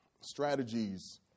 Strategies